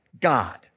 God